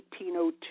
1802